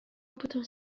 опытом